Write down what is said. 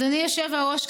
אדוני היושב-ראש,